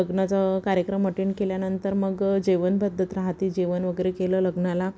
लग्नाचा कार्यक्रम अटेंड केल्यानंतर मग जेवण पद्धत राहात जेवण वगैरे केलं लग्नाला